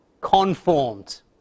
conformed